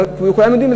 וכולם יודעים,